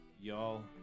y'all